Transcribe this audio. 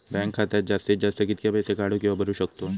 Bank खात्यात जास्तीत जास्त कितके पैसे काढू किव्हा भरू शकतो?